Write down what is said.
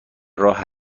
راه